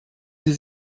sie